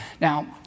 Now